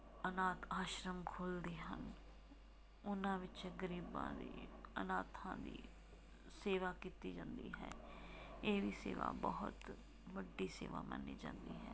ਅਨਾਥ ਆਸ਼ਰਮ ਖੋਲ੍ਹਦੇ ਹਨ ਉਹਨਾਂ ਵਿੱਚ ਗਰੀਬਾਂ ਦੀ ਅਨਾਥਾਂ ਦੀ ਸੇਵਾ ਕੀਤੀ ਜਾਂਦੀ ਹੈ ਇਹ ਵੀ ਸੇਵਾ ਬਹੁਤ ਵੱਡੀ ਸੇਵਾ ਮੰਨੀ ਜਾਂਦੀ ਹੈ